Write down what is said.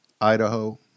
Idaho